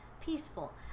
peaceful